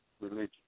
religion